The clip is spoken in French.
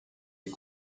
est